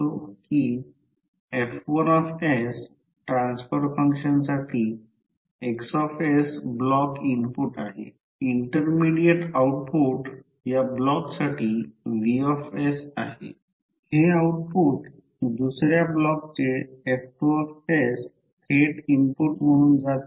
तर R खरं तर l A M आहे हे ampere turn per weber unity आहे त्याला मग्नेटिक सर्किटचा रिल्यक्टन्स म्हणतात किंवा P 1 R त्याला वेबर पर अँपिअर टर्न असे म्हणतात